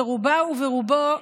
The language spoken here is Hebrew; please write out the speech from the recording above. ברובה וברובו,